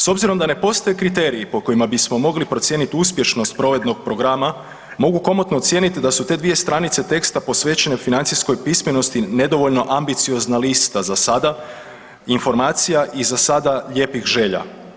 S obzirom da ne postoji kriteriji po kojima bismo mogli procijeniti uspješnost provedenog programa, mogu komotno ocijeniti da su te dvije stranice teksta posvećene financijskoj pismenosti nedovoljno ambiciozna lista za sada informacija i za sada lijepih želja.